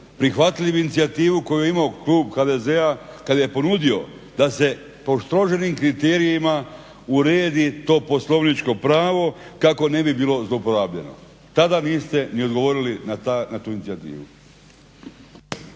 prihvatili bi inicijativu koju je imao klub HDZ-a kad je ponudio da se postroženim kriterijima uredi to poslovničko pravo kako ne bi bilo zlouporabljeno. Tada niste ni odgovorili na tu inicijativu.